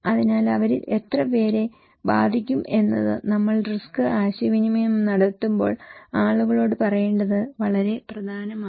അതിനാൽ അവരിൽ എത്രപേരെ ബാധിക്കും എന്നത് നമ്മൾ റിസ്ക് ആശയവിനിമയം നടത്തുമ്പോൾ ആളുകളോട് പറയേണ്ടത് വളരെ പ്രധാനമാണ്